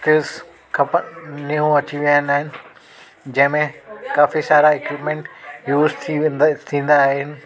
तेसि खपनि न्यू अची विया आहिनि जंहिंमें काफी सारा इक्विपमेंट यूज़ थी वेंदा थींदा आहिनि